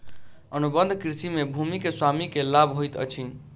अनुबंध कृषि में भूमि के स्वामी के लाभ होइत अछि